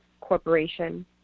corporation